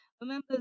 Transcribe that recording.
Remember